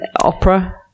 Opera